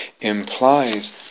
implies